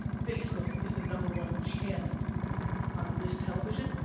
facebook is the number one channel on this television.